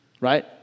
Right